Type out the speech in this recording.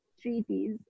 treaties